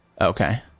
Okay